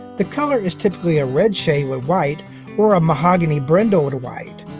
the color is typically a red shade with white or a mahogany brindle with white.